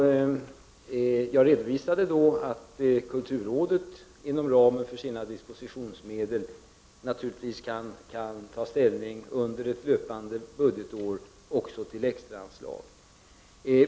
Jag redovi sade då att kulturrådet inom ramen för sina dispositionsmedel naturligtvis under ett löpande budgetår kan ta ställning också till extraanslag.